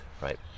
right